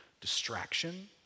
Distraction